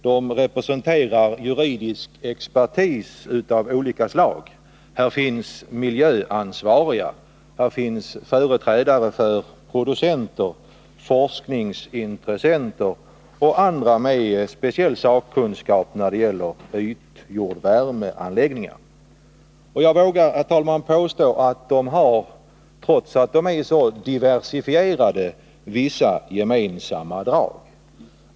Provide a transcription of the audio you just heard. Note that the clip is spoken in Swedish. De representerar juridisk expertis av olika slag. Här finns miljöansvariga, här finns företrädare för producenter, här finns forskningsintressenter och andra med specialkunskap när det gäller ytjordvärmeanläggningar. Jag vågar påstå att de, trots att de är så diversifierade, har vissa gemensamma drag.